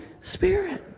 Spirit